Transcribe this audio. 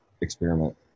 experiment